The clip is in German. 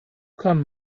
kann